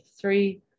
three